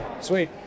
Sweet